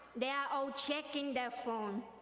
they are all checking their phone.